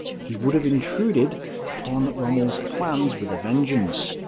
he would have intruded upon rommel's plans with a vengeance.